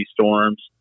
storms